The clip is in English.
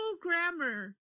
grammar